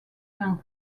vins